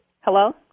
Hello